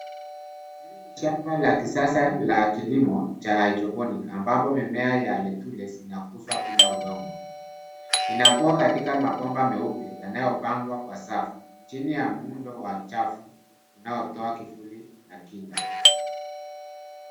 Hili ni shamba la kisasa la kilimo cha hydroponic ambapo mimea ya letule zinakuzwa bila udongo. Inakua katika mabomba meupe yanayopangwa kwa safi chini ya muundo wa chafu unaotoa kivuli na kinga.